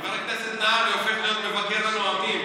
חבר הכנסת נהרי הופך להיות מבקר הנואמים,